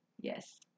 Yes